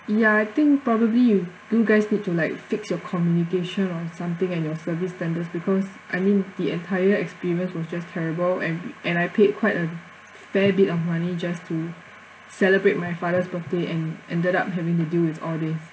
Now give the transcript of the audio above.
ya I think probably you you guys need to like fix your communication or something and your service standards because I mean the entire experience was just terrible and and I paid quite a fair bit of money just to celebrate my father's birthday and ended up having to deal with all this